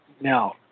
Now